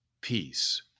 peace